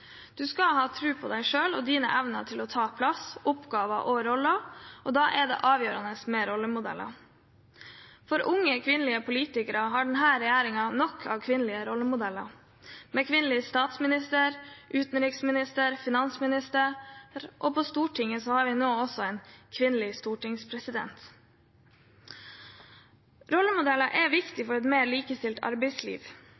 Du skal ha tro på deg selv og dine evner til å ta plass, oppgaver og roller. Da er det avgjørende med rollemodeller. For unge kvinnelige politikere har denne regjeringen nok av kvinnelige rollemodeller med kvinnelig statsminister, utenriksminister og finansminister, og på Stortinget har vi nå også kvinnelig stortingspresident. Rollemodeller er